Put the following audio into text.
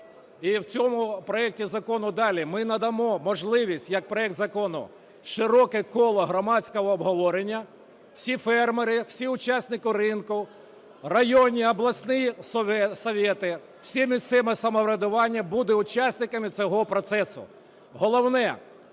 І в цьому проекті закону далі ми надамо можливість, як проект закону, широке коло громадського обговорення. Всі фермери, всі учасники ринку, районні, обласні совєты, все місцеве самоврядування будуть учасниками цього процесу. Головне